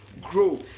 grow